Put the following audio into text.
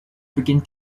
beginnt